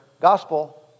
gospel